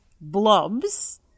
blobs